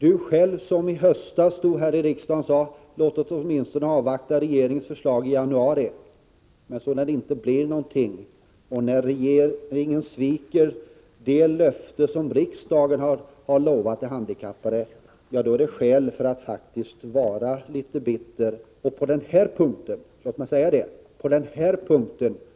I höstas stod hon här i riksdagen och sade: Låt oss åtminstone avvakta regeringens förslag i januari. Men när det inte blev någonting, när regeringen sviker det löfte som riksdagen har givit de handikappade, då finns det skäl för att vara bitter och på den här punkten — låt mig säga det